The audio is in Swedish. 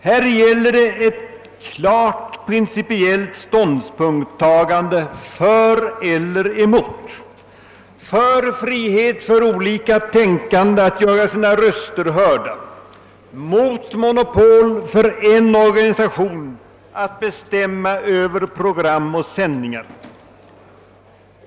Här gäller det ett klart principiellt ståndpunktstagande för eller emot — för frihet för olika tänkande att göra sina röster hörda, mot monopol för en organisation att bestämma över program och sändningar.